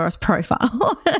profile